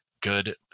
good